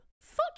Fuck